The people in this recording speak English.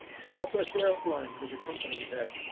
southwest airlines was a company that,